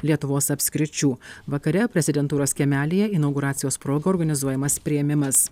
lietuvos apskričių vakare prezidentūros kiemelyje inauguracijos proga organizuojamas priėmimas